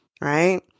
Right